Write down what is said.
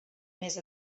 més